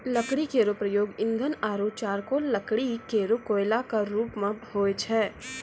लकड़ी केरो प्रयोग ईंधन आरु चारकोल लकड़ी केरो कोयला क रुप मे होय छै